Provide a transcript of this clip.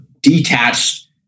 detached